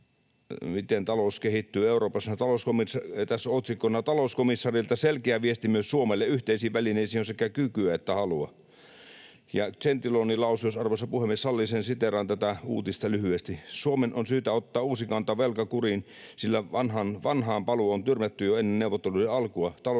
miten talous kehittyy Euroopassa, ja tässä on otsikkona: ”Talouskomissaarilta selkeä viesti myös Suomelle: ’Yhteisiin välineisiin on sekä kykyä että halua’”. Ja Gentiloni lausui... Jos arvoisa puhemies sallii sen, siteeraan tätä uutista lyhyesti: ”Suomen on syytä ottaa uusi kanta velkakuriin, sillä vanhaan paluu on tyrmätty jo ennen neuvotteluiden alkua.